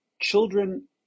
children